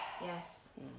Yes